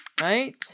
right